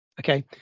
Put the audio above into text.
Okay